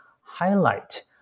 highlight